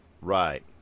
Right